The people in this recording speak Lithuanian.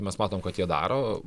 mes matom kad jie daro